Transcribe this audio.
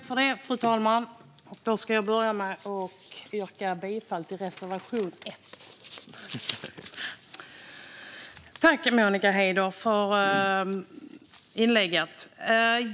Fru talman! Tack, Monica Haider, för inlägget!